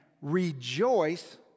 rejoice